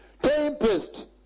tempest